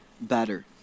better